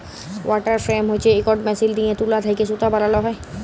water frame হছে ইকট machine দিঁয়ে তুলা থ্যাকে সুতা বালাল হ্যয়